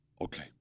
Okay